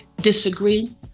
disagree